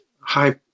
high